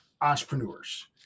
entrepreneurs